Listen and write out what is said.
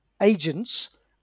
agents